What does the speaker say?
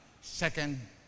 Second